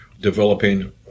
developing